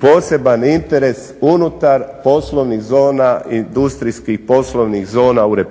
poseban interes unutar poslovnih zona, industrijskih poslovnih zona u RH.